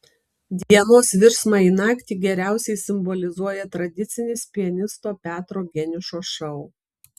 dienos virsmą į naktį geriausiai simbolizuoja tradicinis pianisto petro geniušo šou